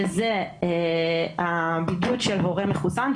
שזה הבידוד של הורה מחוסן,